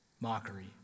mockery